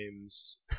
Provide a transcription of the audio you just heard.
games